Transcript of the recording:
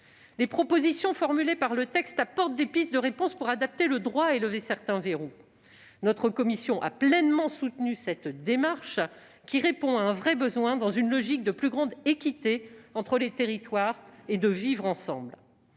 Les propositions formulées dans ce texte apportent des pistes de réponse pour adapter le droit et lever certains verrous. Notre commission a pleinement soutenu cette démarche, qui répond à un réel besoin, dans une logique de plus grande équité entre les territoires et de vivre ensemble.